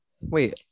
wait